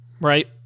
right